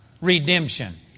redemption